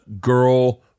girl